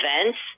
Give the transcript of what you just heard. events